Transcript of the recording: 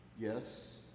Yes